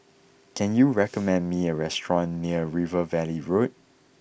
can you recommend me a restaurant near River Valley Road